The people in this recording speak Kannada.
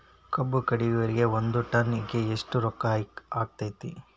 ಕಬ್ಬು ಕಡಿಯುವರಿಗೆ ಒಂದ್ ಟನ್ ಗೆ ಎಷ್ಟ್ ರೊಕ್ಕ ಆಕ್ಕೆತಿ?